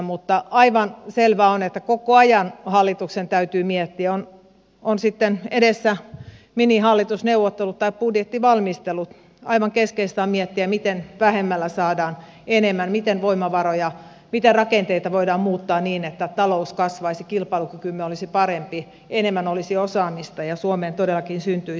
mutta aivan selvää on että koko ajan hallituksen täytyy miettiä ovat sitten edessä minihallitusneuvottelut tai budjettivalmistelut aivan keskeistä on miettiä miten vähemmällä saadaan enemmän miten voimavaroja miten rakenteita voidaan muuttaa niin että talous kasvaisi kilpailukykymme olisi parempi enemmän olisi osaamista ja suomeen todellakin syntyisi työpaikkoja